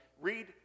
read